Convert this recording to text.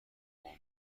قوم